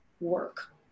work